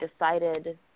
decided